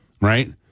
right